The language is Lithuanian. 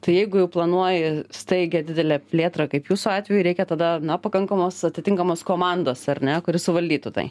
tai jeigu jau planuoji staigią didelę plėtrą kaip jūsų atveju reikia tada na pakankamos atitinkamos komandos ar ne kuri suvaldytų tai